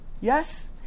yes